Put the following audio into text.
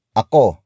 ako